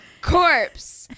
corpse